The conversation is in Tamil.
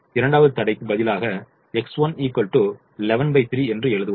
இரண்டாவது தடைக்கு பதிலாக X1 113 என்று எழுதுவோம்